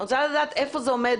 אני רוצה לדעת איפה זה עומד.